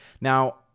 Now